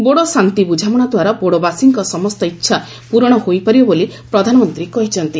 ବୋଡୋ ଶାନ୍ତି ବୁଝାମଣା ଦ୍ୱାରା ବୋଡୋବାସୀଙ୍କ ସମସ୍ତ ଇଚ୍ଛା ପୂରଣ ହୋଇପାରିବ ବୋଲି ପ୍ରଧାନମନ୍ତ୍ରୀ କହିଛନ୍ତି